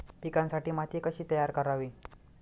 पिकांसाठी माती कशी तयार करावी?